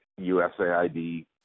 USAID